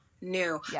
new